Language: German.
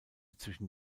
zwischen